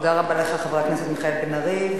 תודה רבה לך, חבר הכנסת מיכאל בן-ארי.